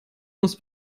muss